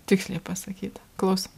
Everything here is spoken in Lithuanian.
tiksliai pasakyta klauso